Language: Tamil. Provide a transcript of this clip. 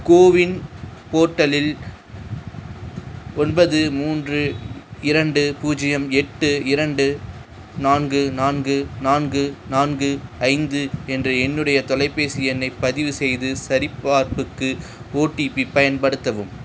கோவின் போர்ட்டலில் ஒன்பது மூன்று இரண்டு பூஜ்ஜியம் எட்டு இரண்டு நான்கு நான்கு நான்கு நான்கு ஐந்து என்ற என்னுடைய தொலைபேசி எண்ணை பதிவு செய்து சரிபார்ப்புக்கு ஓடிபி பயன்படுத்தவும்